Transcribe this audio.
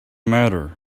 matter